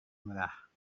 murah